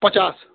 ପଚାଶ୍